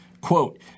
Quote